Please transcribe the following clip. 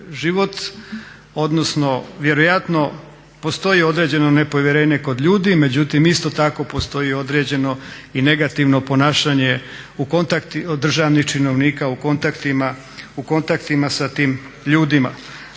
život, odnosno vjerojatno postoji određeno nepovjerenje kod ljudi. Međutim, isto tako postoji i određeno i negativno ponašanje od državnih činovnika u kontaktima sa tim ljudima.